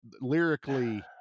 lyrically